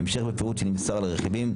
המשך בפירוט שנמסר על הרכיבים,